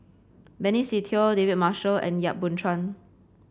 Benny Se Teo David Marshall and Yap Boon Chuan